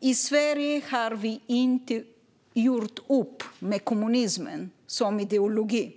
I Sverige har vi inte gjort upp med kommunismen som ideologi.